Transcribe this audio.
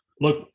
Look